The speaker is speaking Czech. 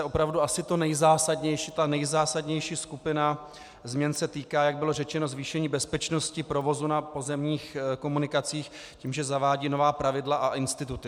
Opravdu asi ta nejzásadnější skupina změn se týká, jak bylo řečeno, zvýšení bezpečnosti provozu na pozemních komunikacích tím, že zavádějí nová pravidla a instituty.